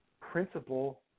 principal